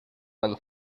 one